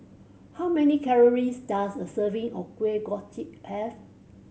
how many calories does a serving of Kuih Kochi have